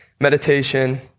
meditation